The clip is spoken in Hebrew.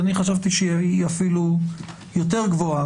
אני חשבתי שהיא אפילו יותר גבוהה.